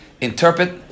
interpret